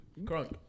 Crunk